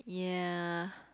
yeah